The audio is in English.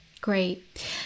Great